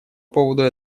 поводу